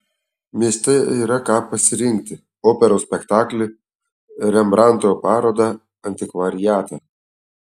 mieste yra ką pasirinkti operos spektaklį rembrandto parodą antikvariatą